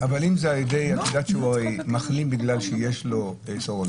אבל אם זה על ידי בדיקה שהוא מחלים בגלל שיש לו סרולוגית,